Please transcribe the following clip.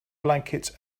blankets